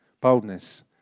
Boldness